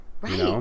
Right